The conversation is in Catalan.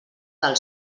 del